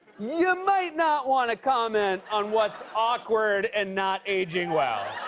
you might not want to comment on what's awkward and not aging well.